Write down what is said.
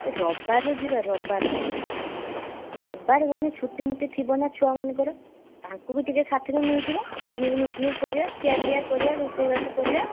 ଏ ରବିବାର ଯିବା ରବିବାର ରବିବାର ଗଲେ ଛୁଟିମୁଟି ଥିବ ନା ଛୁଆମାନଙ୍କର ତାଙ୍କୁ ବି ଟିକିଏ ସାଥିରେ ନେଇଯିବା ପିକ୍ନିକ୍ ଫିକ୍ନିକ୍ କରିବା ଖିଆପିଇଆ କରିବା ରୋଷେଇବାସ କରିବା